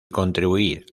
contribuir